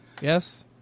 Yes